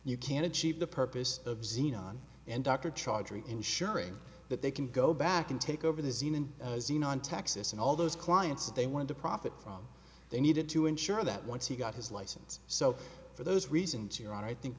you can achieve the purpose of xenon and dr charge ensuring that they can go back and take over the scene and as you know in texas and all those clients they want to profit from they needed to ensure that once he got his license so for those reasons your honor i think